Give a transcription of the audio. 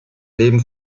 leben